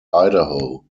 idaho